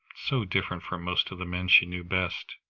so different from most of the men she knew best.